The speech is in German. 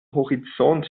horizont